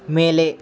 ಮೇಲೆ